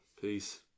Peace